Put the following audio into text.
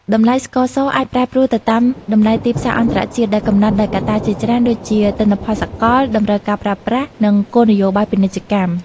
តម្លៃស្ករសអាចប្រែប្រួលទៅតាមតម្លៃទីផ្សារអន្តរជាតិ ដែលកំណត់ដោយកត្តាជាច្រើនដូចជា ទិន្នផលសកល តម្រូវការប្រើប្រាស់ និងគោលនយោបាយពាណិជ្ជកម្ម។